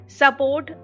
support